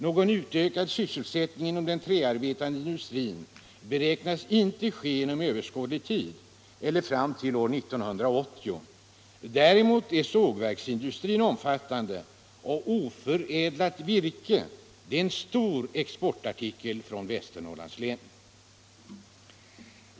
Någon utökad sysselsättning inom den träbearbetande industrin beräknas inte ske inom överskådlig tid eller fram till år 1980. Däremot är sågverksindustrin omfattande, och oförädlat virke är en stor exportartikel från Västernorrlands län.